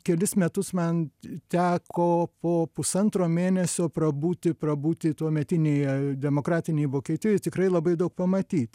kelis metus man teko po pusantro mėnesio prabūti prabūti tuometinėje demokratinėj vokietijoj tikrai labai daug pamatyt